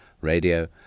radio